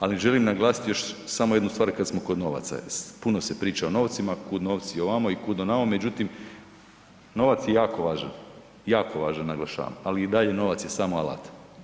Ali želim naglasiti još samo jednu stvar kada smo kod novaca, puno se priča o novcima, kud novci ovako i kud onamo, međutim novac je jako važan, jako važan naglašavam, ali i dalje novac je samo alat.